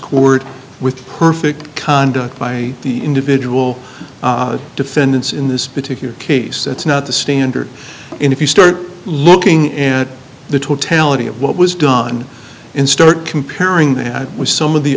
court with perfect conduct by the individual defendants in this particular case that's not the standard and if you start looking at the totality of what was done in start comparing that with some of the